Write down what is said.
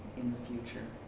in the future.